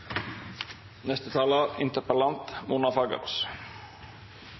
Neste taler